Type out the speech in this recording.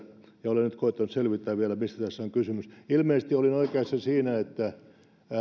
ja olen nyt koettanut selvittää vielä mistä tässä on kysymys ilmeisesti olin oikeassa siinä että huomenna